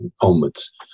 onwards